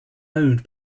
owned